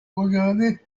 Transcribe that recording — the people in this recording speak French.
regardaient